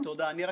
או בכלל בנק,